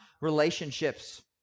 relationships